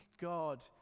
God